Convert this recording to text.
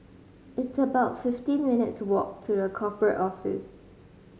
it's about fifteen minutes' walk to The Corporate Office